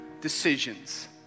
decisions